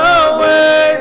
away